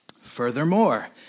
Furthermore